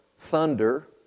thunder